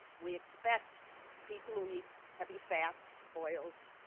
we expect people who eat heavy fats, oils